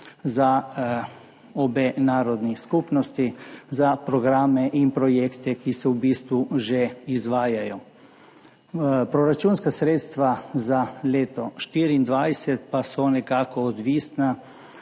za obe narodni skupnosti, za programe in projekte, ki se v bistvu že izvajajo. Proračunska sredstva za leto 2024 pa so nekako odvisna